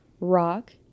rock